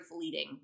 fleeting